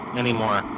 anymore